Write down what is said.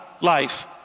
life